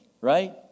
Right